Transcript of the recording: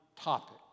topic